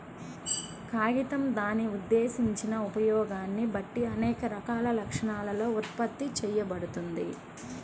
కాగితం దాని ఉద్దేశించిన ఉపయోగాన్ని బట్టి అనేక రకాల లక్షణాలతో ఉత్పత్తి చేయబడుతుంది